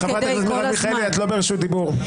חברת הכנסת מרב מיכאלי, את לא ברשות דיבור.